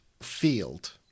field